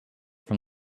from